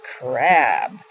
Crab